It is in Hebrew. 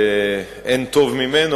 אין טוב ממנו,